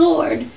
Lord